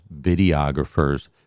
videographers